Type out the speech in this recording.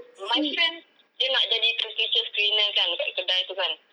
my friend dia nak jadi temperature screener kan dekat kedai tu kan